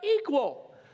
equal